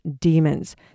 demons